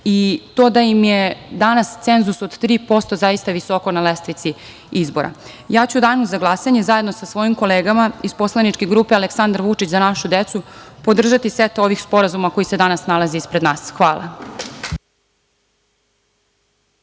i to da im je danas cenzus od 3% zaista visoko na lestvici izbora. Ja ću u danu za glasanje, zajedno sa svojim kolegama iz poslaničke grupe Aleksandar Vučić – Za našu decu, podržati set ovih sporazuma koji se danas nalaze ispred nas. Hvala.